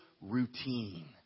routine